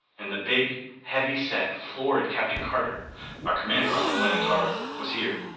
and the big, heavy-set, florid captain carter our commander on the planetara was here.